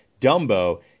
Dumbo